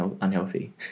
unhealthy